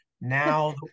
Now